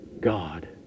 God